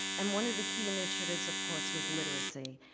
and one of the key initiatives of course was literacy.